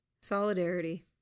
Solidarity